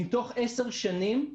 תשע שנים,